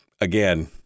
again